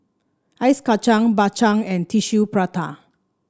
Ice Kacang Bak Chang and Tissue Prata